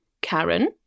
Karen